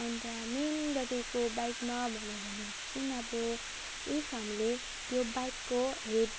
अन्त मेन बडेको बाइकमा भन्यो भने चाहिँ अब इफ हामीले त्यो बाइकको हेड